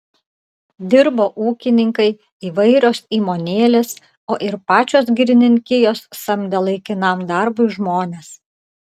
dirbo ūkininkai įvairios įmonėlės o ir pačios girininkijos samdė laikinam darbui žmones